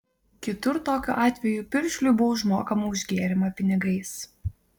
kitur tokiu atveju piršliui buvo užmokama už gėrimą pinigais